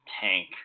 tank